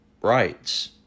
rights